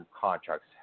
contracts